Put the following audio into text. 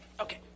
Okay